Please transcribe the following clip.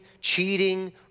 cheating